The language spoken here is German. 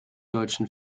deutschen